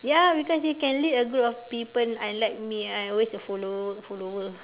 ya because you can lead a group of people unlike me I am always a follower follower